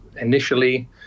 initially